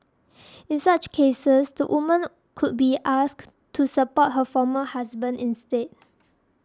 in such cases the woman could be asked to support her former husband instead